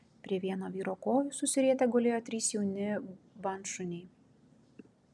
prie vieno vyro kojų susirietę gulėjo trys jauni bandšuniai